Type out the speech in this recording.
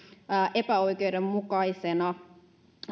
epäoikeudenmukaisena